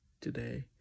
today